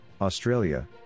Australia